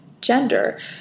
gender